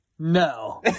No